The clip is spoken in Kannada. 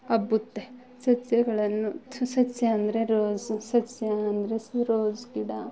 ಹಬ್ಬುತ್ತೆ ಸಸ್ಯಗಳನ್ನು ಸಸ್ ಸಸ್ಯ ಅಂದರೆ ರೋಸು ಸಸ್ಯ ಅಂದರೆ ಈ ರೋಸ್ ಗಿಡ